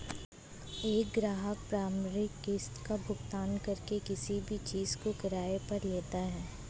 एक ग्राहक प्रारंभिक किस्त का भुगतान करके किसी भी चीज़ को किराये पर लेता है